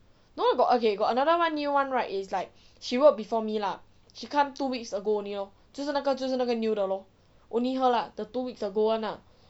no no got okay got another one new one right is like she work before me lah she come two weeks ago only lor 就是那个就是那个 new 的 lor only her lah the two weeks ago one lah